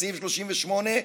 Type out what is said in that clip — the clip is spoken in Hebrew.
בסעיף 38,